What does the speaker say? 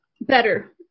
better